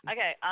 Okay